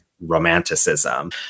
romanticism